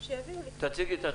שלום,